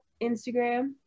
Instagram